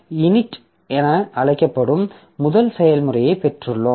init என அழைக்கப்படும் முதல் செயல்முறையைப் பெற்றுள்ளோம்